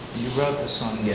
you wrote the song yeah